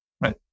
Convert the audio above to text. right